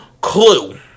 clue